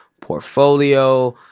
portfolio